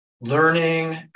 learning